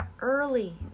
Early